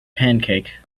pancake